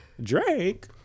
Drake